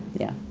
yeah?